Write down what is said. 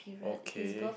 okay